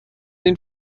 den